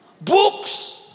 books